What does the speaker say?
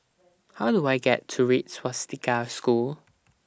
How Do I get to Red Swastika School